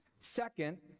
Second